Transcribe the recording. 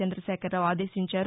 చంద్రశేఖర్ రావు ఆదేశించారు